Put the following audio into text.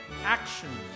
actions